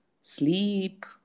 sleep